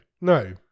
no